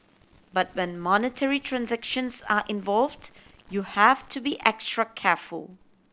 but when monetary transactions are involved you have to be extra careful